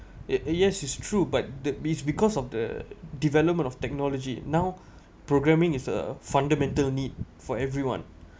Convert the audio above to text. it yes is true but the be~ because of the development of technology now programming is a fundamental need for everyone